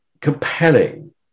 compelling